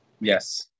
yes